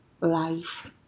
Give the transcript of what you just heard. life